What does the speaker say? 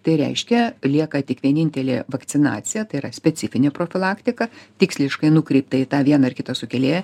tai reiškia lieka tik vienintelė vakcinacija tai yra specifinė profilaktika tiksliškai nukreipta į tą vieną ar kitą sukėlėją